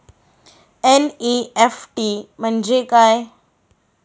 NEFT म्हणजे काय?